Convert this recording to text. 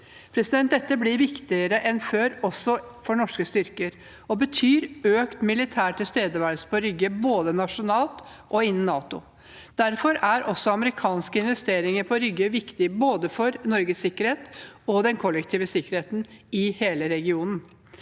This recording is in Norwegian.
Dette blir viktigere enn før også for norske styrker, og det betyr økt militær tilstedeværelse på Rygge, både nasjonalt og innen NATO. Derfor er også amerikanske investeringer på Rygge viktige, både for Norges sikkerhet og for den kollektive sikkerheten i hele regionen.